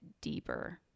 deeper